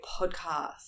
podcast